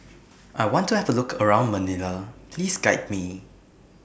I want to Have A Look around Manila Please Guide Me